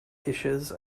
dishes